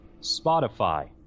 Spotify